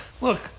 look